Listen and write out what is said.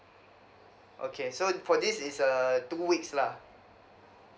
okay so for this is err two weeks lah